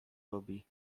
robi